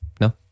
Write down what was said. No